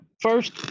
first